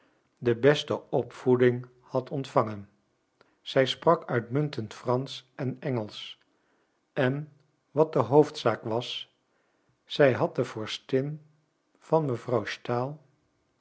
de beste opvoeding had ontvangen zij sprak uitmuntend fransch en engelsch en wat de hoofdzaak was zij had de vorstin van mevrouw stahl